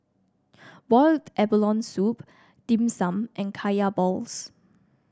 Boiled Abalone Soup Dim Sum and Kaya Balls